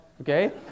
Okay